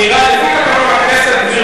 לפי תקנון הכנסת,